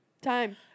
Time